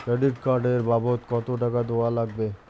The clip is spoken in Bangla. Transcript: ক্রেডিট কার্ড এর বাবদ কতো টাকা দেওয়া লাগবে?